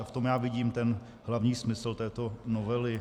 V tom já vidím hlavní smysl této novely.